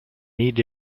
need